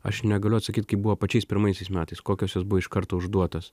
aš negaliu atsakyt kaip buvo pačiais pirmaisiais metais kokios jos buvo iš karto užduotos